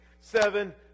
seven